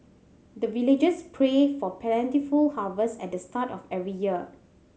the villagers pray for plentiful harvest at the start of every year